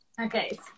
Okay